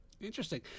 Interesting